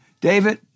David